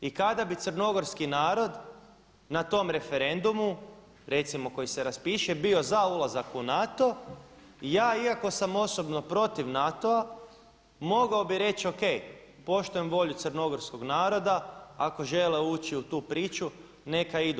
I kad bi crnogorski narod na tom referendumu recimo koji se raspiše bio za ulazak u NATO i ja iako sam osobno protiv NATO-a mogao bi reći ok poštujem volju crnogorskog naroda, ako žele ući u tu priču neka idu.